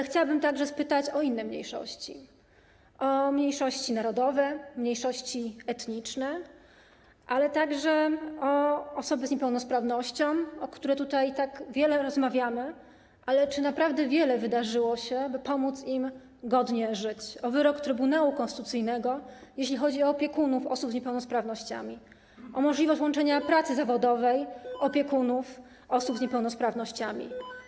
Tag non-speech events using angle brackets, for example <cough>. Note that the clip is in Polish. Chciałabym także spytać o inne mniejszości: o mniejszości narodowe, mniejszości etniczne, ale także o osoby z niepełnosprawnością - o których tutaj tak wiele rozmawiamy, ale czy naprawdę wiele się wydarzyło, by pomóc im godnie żyć? - o wyrok Trybunału Konstytucyjnego, jeśli chodzi o opiekunów osób z niepełnosprawnościami, o możliwość łączenia <noise> pracy zawodowej z opieką nad osobami z niepełnosprawnościami.